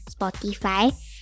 Spotify